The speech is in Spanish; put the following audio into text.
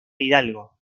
hidalgo